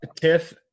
Tiff